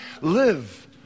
live